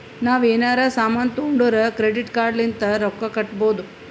ನಾವ್ ಎನಾರೇ ಸಾಮಾನ್ ತೊಂಡುರ್ ಕ್ರೆಡಿಟ್ ಕಾರ್ಡ್ ಲಿಂತ್ ರೊಕ್ಕಾ ಕಟ್ಟಬೋದ್